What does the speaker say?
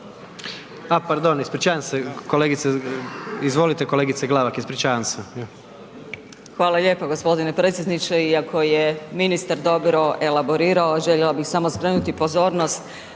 A pardon, ispričavam se, kolegice, izvolite kolegice Glavak, ispričavam se.